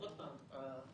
עוד פעם,